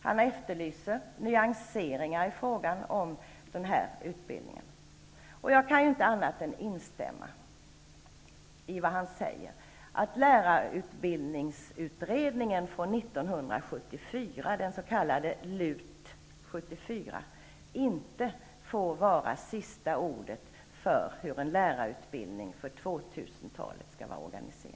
Han efterlyser nyanseringar i fråga om denna utbildning, och jag kan inte annat än instämma i vad han säger, nämligen att lärarutbildningsutredningen från 1974, den s.k. LUT 74, inte får vara sista ordet för hur en lärarutbildning för 2000-talet skall vara organiserad.